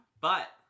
But-